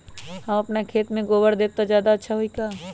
हम अपना खेत में गोबर देब त ज्यादा अच्छा होई का?